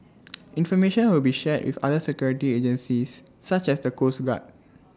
information will be shared with other security agencies such as the coast guard